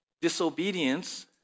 disobedience